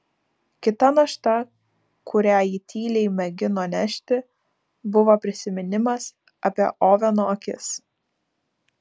kita našta kurią ji tyliai mėgino nešti buvo prisiminimas apie oveno akis